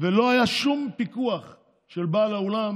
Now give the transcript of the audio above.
ולא היה שום פיקוח של בעל האולם